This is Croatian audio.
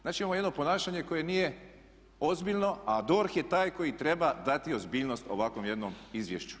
Znači imamo jedno ponašanje koje nije ozbiljno a DORH je taj koji treba dati ozbiljnost ovakvom jednom izvješću.